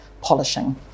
polishing